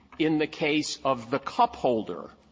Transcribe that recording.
in the case of the cup-holder,